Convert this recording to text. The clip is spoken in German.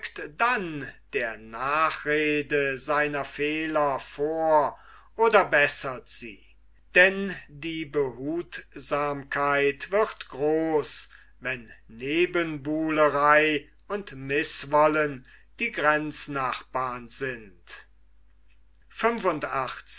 dann der nachrede seiner fehler vor oder bessert sie denn die behutsamkeit wird groß wenn nebenbuhlerei und mißwollen die grenznachbarn sind